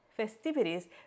festivities